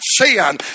sin